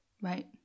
Right